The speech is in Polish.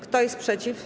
Kto jest przeciw?